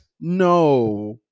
No